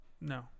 No